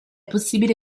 possibile